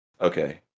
Okay